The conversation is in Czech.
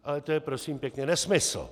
Ale to je, prosím pěkně, nesmysl!